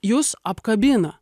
jus apkabina